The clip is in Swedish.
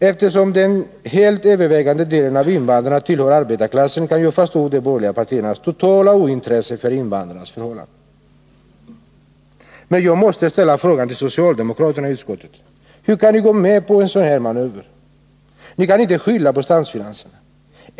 Eftersom den helt övervägande delen av invandrarna tillhör arbetarklassen, kan jag förstå de borgerliga partiernas totala ointresse för invandrarnas förhållanden. Men jag måste ställa frågan till socialdemokraterna i utskottet. Hur kan ni gå med på sådana här manövrer? Ni kan inte skylla på statsfinanserna.